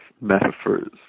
metaphors